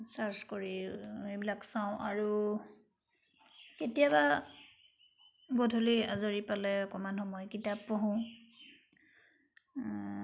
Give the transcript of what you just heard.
search কৰি এইবিলাক চাওঁ আৰু কেতিয়াবা গধূলি আজৰি পালে অকণমান সময় কিতাপ পঢ়োঁ